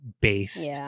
based